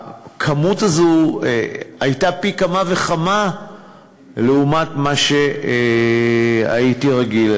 הכמות הזאת הייתה פי כמה וכמה לעומת מה שהייתי רגיל.